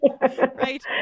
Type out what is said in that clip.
Right